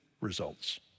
results